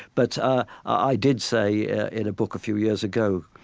but ah i did say in a book a few years ago,